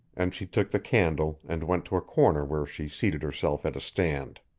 and she took the candle and went to a corner where she seated herself at a stand.